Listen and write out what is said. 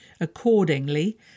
Accordingly